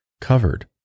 covered